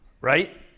right